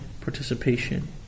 participation